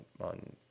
on